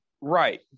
right